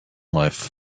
life